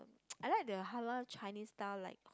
I like the halal Chinese style like